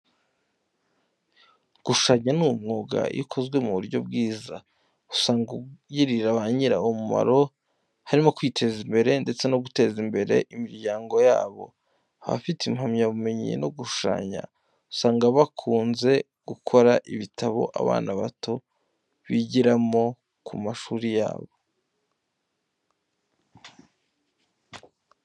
Gushushanya ni umwuga iyo ukozwe mu buryo bwiza usanga ugirira ba nyirawo umumaro, harimo kwiteza imbere, ndetse no guteza imbere imiryango yabo. Abafite impamyabumenyi mu gushushanya, usanga bakunze gukora ibitabo abana bato bigiramo ku mashuri yabo.